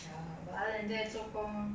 ya but other than that 做工